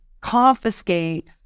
confiscate